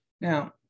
Now